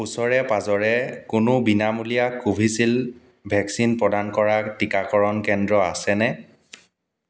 ওচৰে পাঁজৰে কোনো বিনামূলীয়া কোভিচিল্ড ভেকচিন প্ৰদান কৰা টীকাকৰণ কেন্দ্ৰ আছেনে